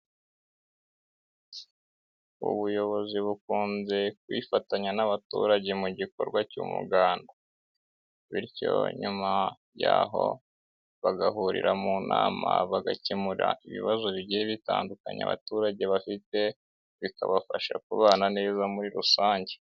Ubuyobozi bukunze kwifatanya n'abaturage mu gikorwa cy'umuganda, bityo nyuma yaho bagahurira mu nama bagakemura ibibazo bigiye bitandukanya abaturage bafite bikabafasha kubana neza muri rusange.